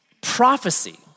prophecy